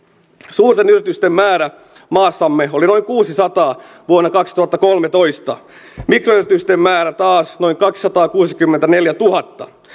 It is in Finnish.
suurten yritysten määrä maassamme oli noin kuutenasatana vuonna kaksituhattakolmetoista mikroyritysten määrä taas noin kaksisataakuusikymmentäneljätuhatta